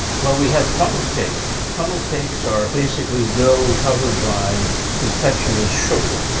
well we have funnel cakes. funnel cakes are basically dough covered by confectioner's sugar.